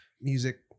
music